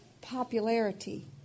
popularity